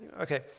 Okay